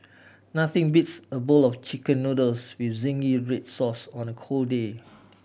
nothing beats a bowl of Chicken Noodles with zingy red sauce on a cold day